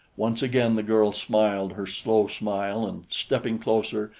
once again the girl smiled her slow smile and stepping closer,